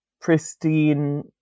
pristine